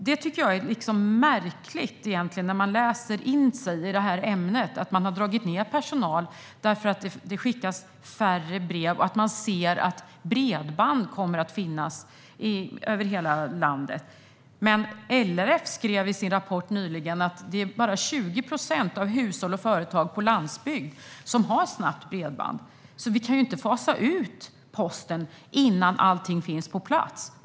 Jag har läst in mig på ämnet, och jag tycker att det är märkligt att man har dragit ned personal för att det skickas färre brev och för att man ser att bredband kommer att finnas över hela landet. LRF skrev ju i sin rapport nyligen att det bara är 20 procent av hushåll och företag på landsbygden som har snabbt bredband, och vi kan därför inte fasa ut posten innan allting finns på plats.